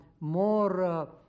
more